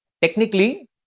technically